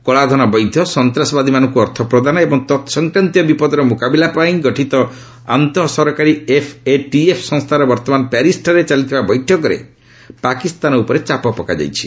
କଳାଧନ ବୈଧ ସନ୍ତାସବାଦୀମାନଙ୍କୁ ଅର୍ଥ ପ୍ରଦାନ ଏବଂ ତତ୍ସଂକ୍ରାନ୍ତୀୟ ବିପଦର ମୁକାବିଲା କରିବା ପାଇଁ ଗଠିତ ଆନ୍ତଃ ସରକାରୀ ଏଫ୍ଏଟିଏଫ୍ ସଂସ୍ଥାର ବର୍ତ୍ତମାନ ପ୍ୟାରିଶ୍ଠାରେ ଚାଲିଥିବା ବୈଠକରେ ପାକିସ୍ତାନ ଉପରେ ଚାପ ପକାଯାଇଛି